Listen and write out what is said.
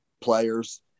players